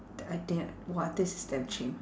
the idea !wah! this is damn chim